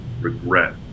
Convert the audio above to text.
regret